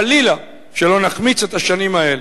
חלילה שלא נחמיץ את השנים האלה.